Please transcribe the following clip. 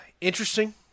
interesting